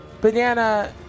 Banana